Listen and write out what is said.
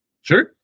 Sure